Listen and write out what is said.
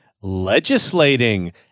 legislating